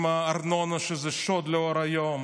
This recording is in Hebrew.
עם הארנונה, שזה שוד לאור היום.